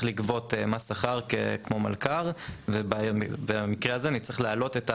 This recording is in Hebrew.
לגבות מס שכר כמו מלכ"ר ובמקרה הזה נצטרך להעלות,